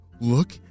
look